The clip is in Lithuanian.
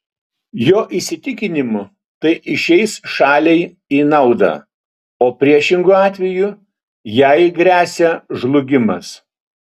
jo įsitikinimu tai išeis šaliai į naudą o priešingu atveju jai gresia žlugimas